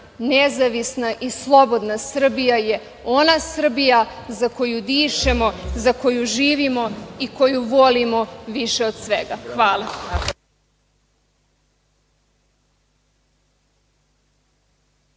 nezavisna i slobodna Srbija je ona Srbija za koju dišemo, za koju živimo i koju volimo više od svega. Hvala.